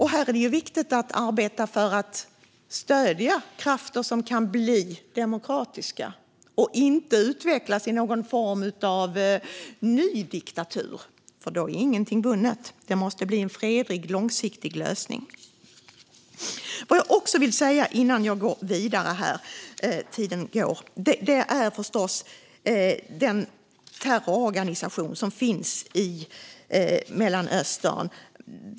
Här är det viktigt att arbeta för att stödja krafter som kan bli demokratiska och inte utvecklas till någon form av ny diktatur, för då är ingenting vunnet. Det måste bli en fredlig långsiktig lösning. Jag vill säga någonting innan jag går vidare, eftersom tiden går, om den terrororganisation som finns i Mellanöstern.